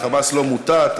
ה"חמאס" לא מוטט,